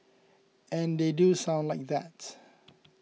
and they do sound like that